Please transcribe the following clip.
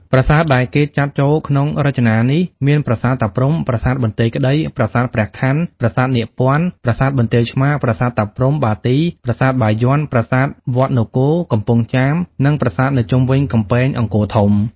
ប្រាសាទ ដែលគេចាត់ចូលក្នុងរចនានេះមានប្រាសាទតាព្រហ្ម ប្រាសាទបន្ទាយក្តី ប្រាសាទព្រះខន័ ប្រាសាទនាគពន្ធ័ ប្រាសាទបន្ទាយឆ្មារ ប្រាសាទតាព្រហ្ម(បាទី ) ប្រាសាទបាយ័ន ប្រាសាទវត្តនគរ (កំពង់ចាម ) និងប្រាសាទនៅជុំវិញកំពែង អង្គរធំ ។